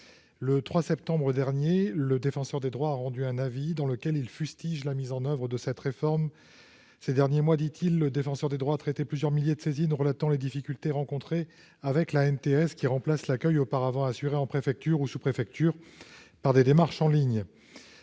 Le 3 septembre 2018, le Défenseur des droits a rendu un avis dans lequel il fustige la mise en oeuvre de cette réforme :« Ces derniers mois, le Défenseur des droits a traité plusieurs milliers de saisines relatant les difficultés rencontrées avec l'Agence nationale des titres sécurisés, l'ANTS, qui remplace l'accueil auparavant assuré en préfecture ou sous-préfecture par des démarches en ligne.